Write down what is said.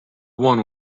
won